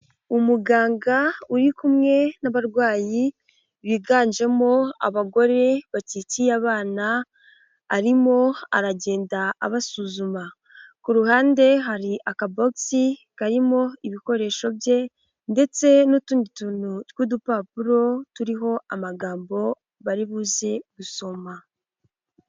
Umuganga uri kumwe n'abarwayi biganjemo abagore bakikiye abana, arimo aragenda abasuzuma. Ku ruhande hari akabogisi karimo ibikoresho bye ndetse n'utundi tuntu tw'udupapuro turiho amagambo bari buze gusoma.